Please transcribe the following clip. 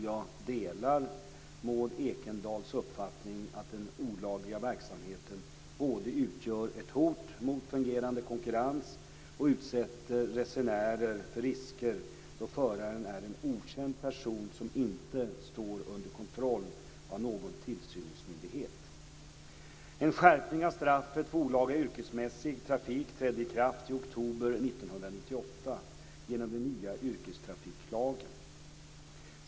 Jag delar Maud Ekendahls uppfattning att den olagliga verksamheten både utgör ett hot mot en fungerande konkurrens och utsätter resenären för risker då föraren är en okänd person som inte står under kontroll av någon tillsynsmyndighet. En skärpning av straffet för olaga yrkesmässig trafik trädde i kraft i oktober 1998 genom den nya yrkestrafiklagen.